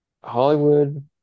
Hollywood